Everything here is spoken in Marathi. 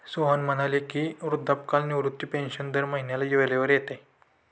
सोहन म्हणाले की, वृद्धापकाळ निवृत्ती पेन्शन दर महिन्याला वेळेवर येते